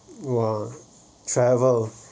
!wah! travel